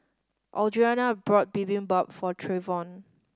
Audrianna bought Bibimbap for Trayvon